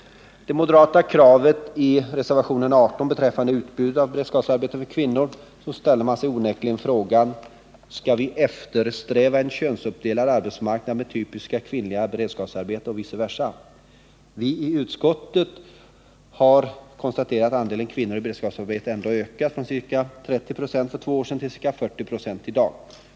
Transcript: När det gäller det moderata kravet i reservationen 18 beträffande utbudet av beredskapsarbeten för kvinnor ställer man sig onekligen frågan: Skall vi eftersträva en könsuppdelad arbetsmarknad med typiska kvinnliga beredskapsarbeten och vice versa? Nu har utskottet kunnat konstatera att andelen kvinnor i beredskapsarbeten ändå ökat, från ca 30 96 för två år sedan till ca 40 96 i dag.